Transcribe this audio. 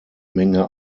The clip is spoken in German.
menge